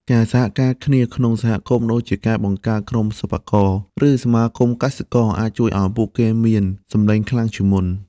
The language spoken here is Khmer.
ការសហការគ្នាក្នុងសហគមន៍ដូចជាការបង្កើតក្រុមសិប្បករ ឬសមាគមកសិករអាចជួយឱ្យពួកគេមានសំឡេងខ្លាំងជាងមុន។